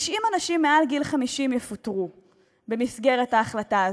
90 אנשים מעל גיל 50 יפוטרו במסגרת ההחלטה הזאת,